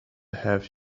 have